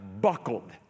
buckled